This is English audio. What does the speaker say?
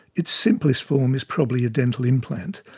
its simplest form is probably a dental implant.